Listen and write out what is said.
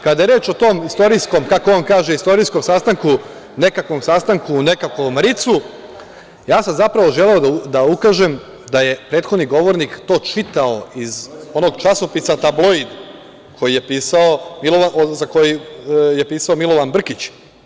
Kada je reč o tom, kako on kaže istorijskom sastanku, nekakvom sastanku u nekakvom Ricu, ja sam zapravo želeo da ukažem na to da je prethodni govornik to čitao iz onog časopisa „Tabloid“, za koji je pisao Milovan Brkić.